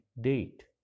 date